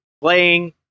playing